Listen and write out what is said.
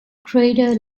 crater